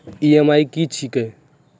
EMI की छिये?